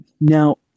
Now